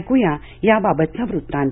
ऐकुया याबाबतचा वृत्तांत